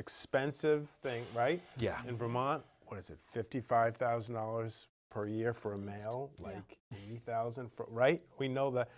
expensive thing right yeah in vermont what is it fifty five thousand dollars per year for a mental like thousand for right we know that